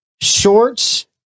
shorts